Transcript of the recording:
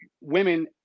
women